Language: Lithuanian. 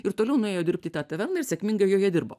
ir toliau nuėjo dirbt į tą taverną ir sėkmingai joje dirbo